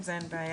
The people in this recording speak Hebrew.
עם זה אין בעיה,